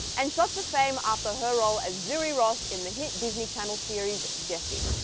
and shot to fame after her role as zuri ross in the hit disney channel series, jessie.